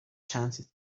chances